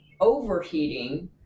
overheating